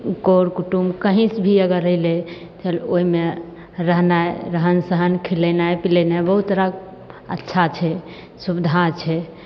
कर कुटुम कहीं कभी अगर अइलय तऽ ओइमे रहनाइ रहन सहन खिलेनाइ पिलेनाइ बहुत तरह अच्छा छै सुविधा छै